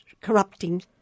corrupting